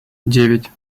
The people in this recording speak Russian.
девять